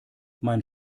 mein